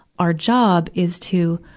our job is to,